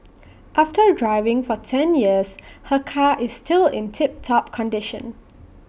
after driving for ten years her car is still in tip top condition